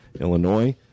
Illinois